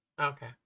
Okay